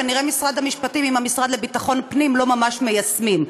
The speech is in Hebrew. כנראה משרד המשפטים עם המשרד לביטחון פנים לא ממש מיישמים.